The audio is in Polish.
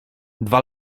dwa